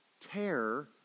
tear